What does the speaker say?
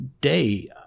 day